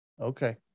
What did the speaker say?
Okay